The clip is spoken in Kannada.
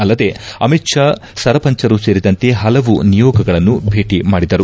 ಅಲ್ಲದೆ ಅಮಿತ್ ಷಾ ಸರಪಂಚರು ಸೇರಿದಂತೆ ಹಲವು ನಿಯೋಗಗಳನ್ನು ಭೇಟ ಮಾಡಿದರು